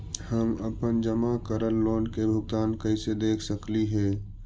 हम अपन जमा करल लोन के भुगतान कैसे देख सकली हे?